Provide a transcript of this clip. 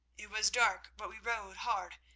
it was dark, but we rode hard,